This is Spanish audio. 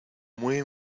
muy